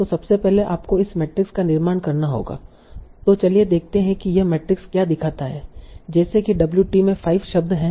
तो सबसे पहले आपको इस मैट्रिक्स का निर्माण करना होगा तो चलिए देखते हैं कि यह मैट्रिक्स क्या दिखता है जैसे कि wt में 5 शब्द है